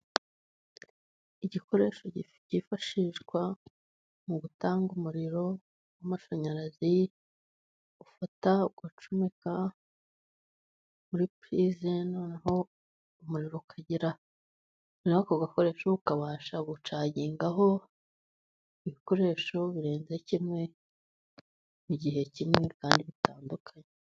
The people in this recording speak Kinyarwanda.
Igikoresho cyifashishwa mu gutanga umuriro w'amashanyarazi ufata ugucomeka muri purize, noneho umuriro ukagera muri ako gakoresho ukabasha gucagingaho ibikoresho birenze kimwe, igihe kimwe kandi bitandukanye.